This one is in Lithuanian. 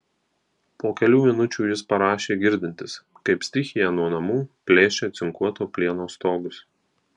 po kelių minučių jis parašė girdintis kaip stichija nuo namų plėšia cinkuoto plieno stogus